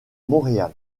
montréal